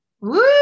Woo